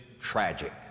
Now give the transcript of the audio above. tragic